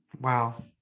Wow